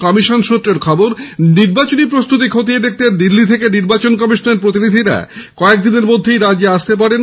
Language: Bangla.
কমিশন সৃত্রের খবর নির্বাচনী প্রস্তুতি খতিয়ে দেখতে দিল্লী থেকে নির্বাচন কমিশনের প্রতিনিধিরা কয়েক দিনের মধ্যেই রাজ্য আসতে পারেন